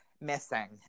missing